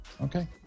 okay